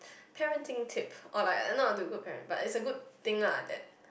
parenting tip or like not to good parent but is a good thing lah that